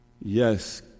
Yes